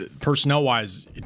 personnel-wise